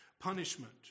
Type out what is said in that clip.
punishment